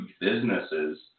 businesses